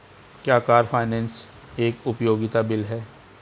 क्या car finance एक उपयोगिता बिल है?